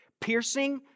piercing